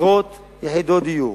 עשרות יחידות דיור,